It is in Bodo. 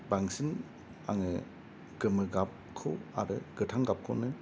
बांसिन आङो गोमो गाबखौ आरो गोथां गाबखौनो